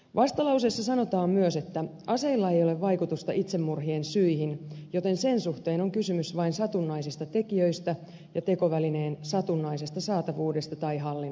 vastalauseessa sanotaan myös että aseilla ei ole vaikutusta itsemurhien syihin joten sen suhteen on kysymys vain satunnaisista tekijöistä ja tekovälineen satunnaisesta saatavuudesta tai hallinnasta